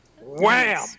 Wham